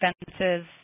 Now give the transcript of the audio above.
expenses